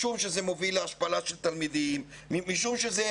משום שזה